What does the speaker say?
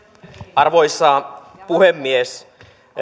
arvoisa puhemies